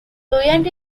fluent